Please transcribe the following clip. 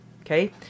okay